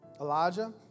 Elijah